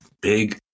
big